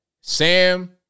Sam